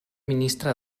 ministre